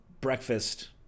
breakfast